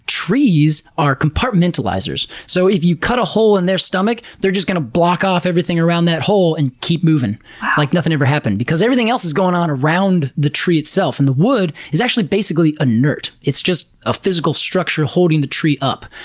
trees are compartmentalizers, so if you cut a hole in their stomach, they're just going to block off everything around that hole and keep moving like nothing ever happened. because everything else is going on around the tree itself, and the wood is actually, basically, inert. it's just a physical structure holding the tree up.